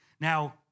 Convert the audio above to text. Now